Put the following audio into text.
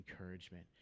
encouragement